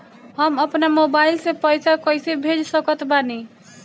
हम अपना मोबाइल से पैसा कैसे भेज सकत बानी?